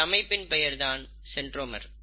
இந்த அமைப்பின் பெயர் தான் சென்ட்ரோமர்